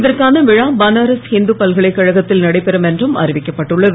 இதற்கான விழா பனாரஸ் ஹிந்து பல்கலைக்கழகத்தில் நடைபெறும் என்றும் அறிவிக்கப்பட்டு உள்ளது